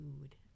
food